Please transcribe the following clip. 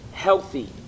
healthy